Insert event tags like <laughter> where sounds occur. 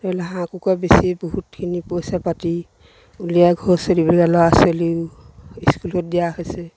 ধৰি লওক হাঁহ কুকুৰা বেছিয়ে বহুতখিনি পইচা পাতি উলিয়াই ঘৰ <unintelligible> ল'ৰা ছোৱালীও স্কুলত দিয়া হৈছে